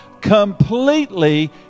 completely